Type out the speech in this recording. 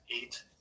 eight